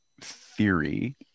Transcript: theory